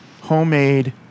homemade